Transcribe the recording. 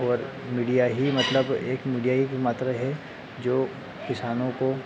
और मीडिया ही मतलब एक मीडिया ही एकमात्र है जो किसानों को